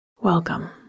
Welcome